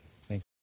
Thank